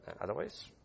Otherwise